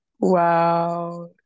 wow